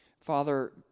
Father